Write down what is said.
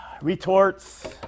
retorts